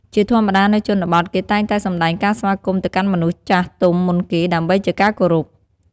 ជាធម្មតា នៅជនបទ គេតែងតែសម្ដែងការស្វាគមន៍ ទៅកាន់មនុស្សចាស់ទុំមុនគេ ដើម្បីជាការគោរព។